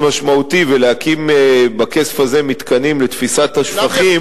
משמעותי ולהקים בכסף הזה מתקנים לתפיסת השפכים,